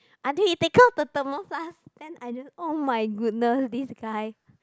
auntie take out the thermos flask then I just oh my goodness this guy